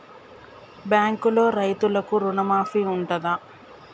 బ్యాంకులో రైతులకు రుణమాఫీ ఉంటదా?